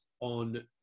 on